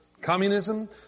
communism